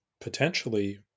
potentially